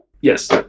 Yes